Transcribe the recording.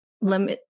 limit